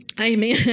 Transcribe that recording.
Amen